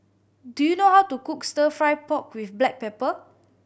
do you know how to cook Stir Fry pork with black pepper